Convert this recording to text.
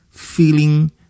feeling